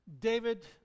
David